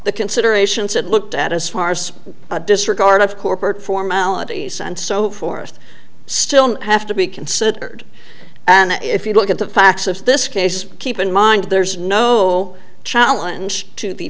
the consideration set looked at as far as disregard of corporate formalities and so forth still have to be considered and if you look at the facts of this case keep in mind there's no challenge to